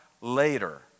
later